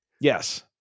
Yes